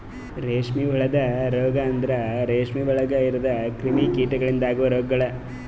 ರೇಷ್ಮೆ ಹುಳದ ರೋಗ ಅಂದುರ್ ರೇಷ್ಮೆ ಒಳಗ್ ಇರದ್ ಕ್ರಿಮಿ ಕೀಟಗೊಳಿಂದ್ ಅಗವ್ ರೋಗಗೊಳ್